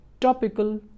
topical